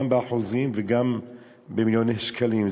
גם באחוזים וגם במיליוני שקלים,